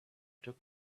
took